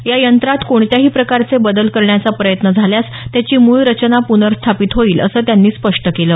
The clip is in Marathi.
या यंत्रात कोणत्याही प्रकारचे बदल करण्याचा प्रयत्न झाल्यास त्याची मूळ रचना पुनर्स्थापित होईल असं त्यांनी स्पष्ट केलं